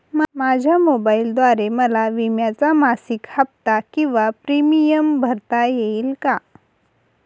माझ्या मोबाईलद्वारे मला विम्याचा मासिक हफ्ता किंवा प्रीमियम भरता येईल का?